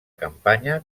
campanya